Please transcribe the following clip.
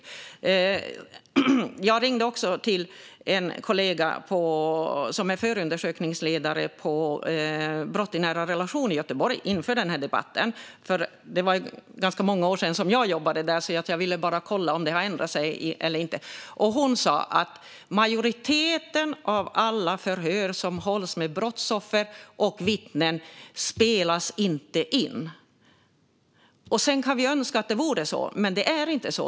Inför den här debatten ringde jag också en kollega som är förundersökningsledare på brott i nära relationer i Göteborg. Det var ganska många år sedan jag jobbade där, så jag ville bara kolla om det har ändrats eller inte. Hon sa att majoriteten av alla förhör som hålls med brottsoffer och vittnen inte spelas in. Vi kan önska att det vore så att allt spelas in, men det är inte så.